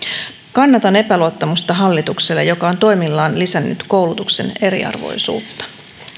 kannatan epäluottamusta hallitukselle joka on toimillaan lisännyt koulutuksen eriarvoisuutta